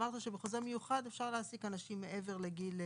אמרת שבחוזה מיוחד אפשר להעסיק אנשים מעבר לגיל,